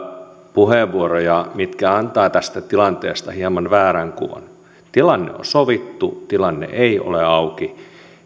puheenvuoroja mitkä antavat tästä tilanteesta hieman väärän kuvan tilanne on sovittu tilanne ei ole auki